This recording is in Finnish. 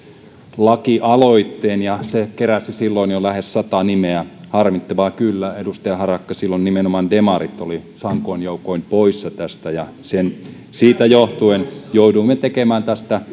lakialoitteen ja se keräsi jo silloin lähes sata nimeä harmittavaa kyllä edustaja harakka silloin nimenomaan demarit olivat sankoin joukoin poissa tästä ja siitä johtuen jouduimme tekemään tästä